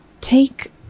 take